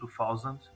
2000